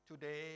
today